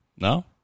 no